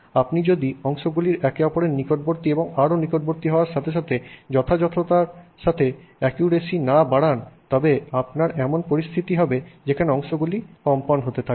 আপনি যদি অংশগুলির একে অপরের নিকটবর্তী এবং আরও নিকটবর্তী হওয়ার সাথে সাথে যথাযথতার সাথে অ্যাকুরেসি না বাড়ান তবে আপনার এমন পরিস্থিতি হবে যেখানে অংশগুলি কাঁপতে থাকবে